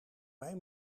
mij